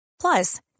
plus